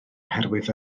oherwydd